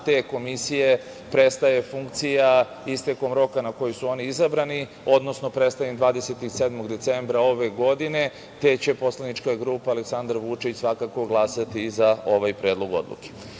te komisije prestaje funkcija istekom roka na koju su oni izabrani, odnosno prestaje im 27. decembra ove godine, te će poslaničak grupa Aleksandar Vučić glasati za ovaj predlog odluke. Pored